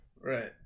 Right